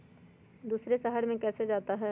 दूसरे शहर मे कैसे जाता?